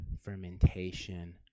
fermentation